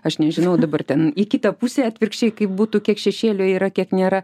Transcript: aš nežinau dabar ten į kitą pusę atvirkščiai kaip būtų kiek šešėlio yra kiek nėra